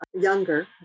younger